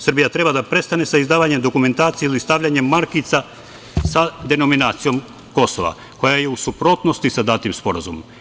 Srbija treba da prestane sa izdavanjem dokumentacije ili stavljanje markica sa denominacijom Kosova, koja je u suprotnosti sa datim sporazumom.